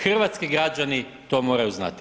Hrvatski građani to moraju znati.